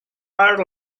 all